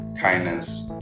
Kindness